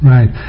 Right